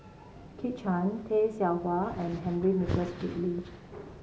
Kit Chan Tay Seow Huah and Henry Nicholas Ridley